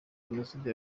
jenoside